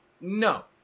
No